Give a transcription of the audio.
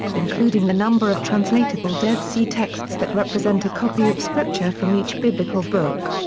including the number of translatable dead sea texts that represent a copy of scripture from each biblical book